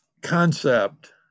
concept